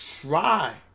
try